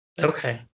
Okay